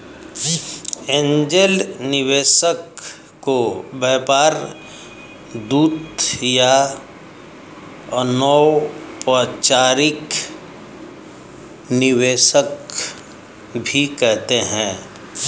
angel निवेशक को व्यापार दूत या अनौपचारिक निवेशक भी कहते हैं